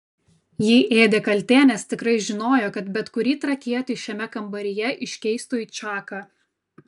jį ėdė kaltė nes tikrai žinojo kad bet kurį trakietį šiame kambaryje iškeistų į čaką